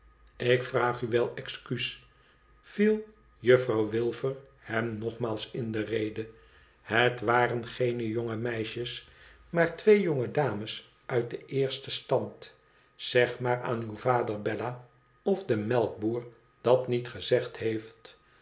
ik vraag u wel excuus viel juflfrouw wilfer hem nogmaals in de lede het waren geene jonge meisjes maar twee jonge dames uit den eersten stand zeg maar aan uw vader bella of de melkboer dat niet gezegd heeft